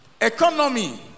Economy